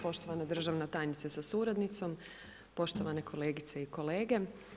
Poštovana državna tajnice sa suradnicom, poštovane kolegice i kolege.